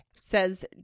says